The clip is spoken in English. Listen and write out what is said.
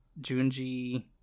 Junji